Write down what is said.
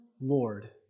Lord